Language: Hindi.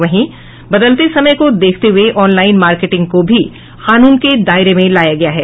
वहीं बदलते समय को देखते हुए ऑनलाईन मार्केटिंग को भी कानून के दायरे में लाया गया है